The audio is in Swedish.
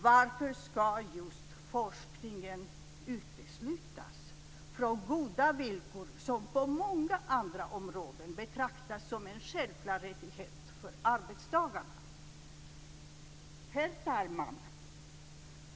Varför ska just forskningen uteslutas från goda villkor som på många andra områden betraktas som en självklar rättighet för arbetstagarna? Herr talman!